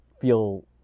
feel